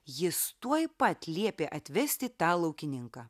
jis tuoj pat liepė atvesti tą laukininką